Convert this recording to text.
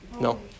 No